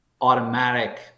automatic